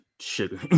sugar